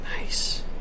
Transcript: Nice